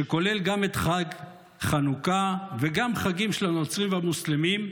שכולל גם את חג החנוכה וגם חגים של הנוצרים והמוסלמים,